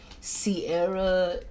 Sierra